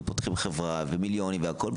ופותחים חברה במיליונים והכל,